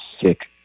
sick